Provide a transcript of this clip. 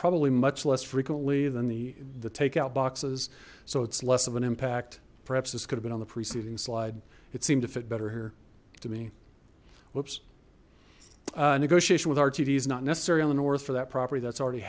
probably much less frequently than the the takeout boxes so it's less of an impact perhaps this could have been on the preceding slide it seemed to fit better here to me whoops negotiation with rtd is not necessary on the north for that property that's already